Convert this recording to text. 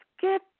get